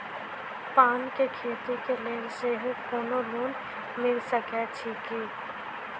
पान केँ खेती केँ लेल सेहो कोनो लोन मिल सकै छी की?